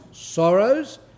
sorrows